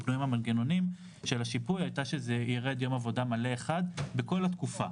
הייתה שירד יום עבודה מלא אחד בכל התקופה